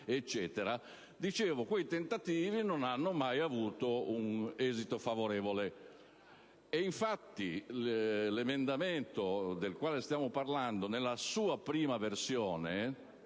e via dicendo - non hanno mai avuto un esito favorevole. E infatti l'emendamento del quale sto parlando nella sua prima versione,